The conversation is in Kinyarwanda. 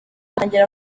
atangira